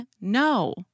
no